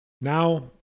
now